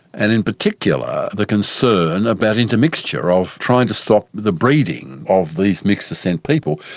and in particular the concern about intermixture, of trying to stop the breeding of these mixed-descent people.